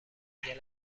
انبوهی